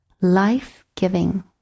life-giving